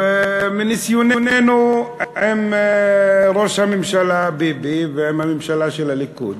מניסיוננו עם ראש הממשלה ביבי ועם הממשלה של הליכוד,